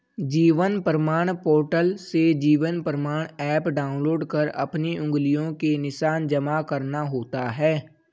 जीवन प्रमाण पोर्टल से Jeevan Pramaan app download कर अपनी उंगलियों के निशान जमा करना होता है